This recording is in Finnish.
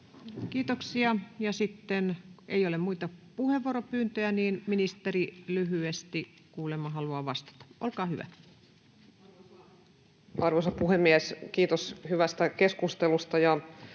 Kiitoksia. — Sitten, kun ei ole muita puheenvuoropyyntöjä, ministeri lyhyesti kuulemma haluaa vastata. — Olkaa hyvä. Arvoisa puhemies! Kiitos hyvästä keskustelusta.